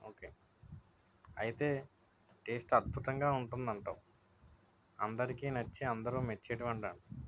okay అయితే taste అద్భుతంగా ఉంటుంది అంటావు అందరికి నచ్చి అందరు మెచ్చేటి వంట